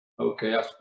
Okay